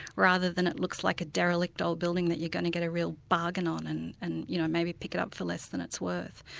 rather than it looks like a derelict old building that you're going to get a real bargain on and and you know maybe pick it up for less than it's worth.